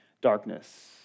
darkness